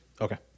Okay